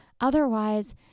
Otherwise